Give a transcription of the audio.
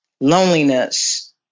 loneliness